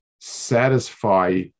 satisfy